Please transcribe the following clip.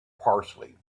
parsley